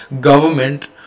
government